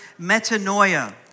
metanoia